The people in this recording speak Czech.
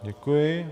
Děkuji.